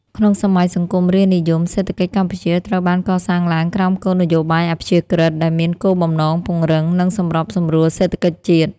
ក្នុងសម័យសង្គមរាស្ត្រនិយម សេដ្ឋកិច្ចកម្ពុជាត្រូវបានកសាងឡើងក្រោមគោលនយោបាយ អព្យាក្រឹត្យ ដែលមានគោលបំណងពង្រឹង និងសម្របសម្រួលសេដ្ឋកិច្ចជាតិ។